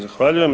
Zahvaljujem.